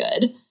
good